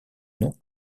nom